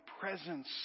presence